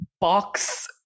box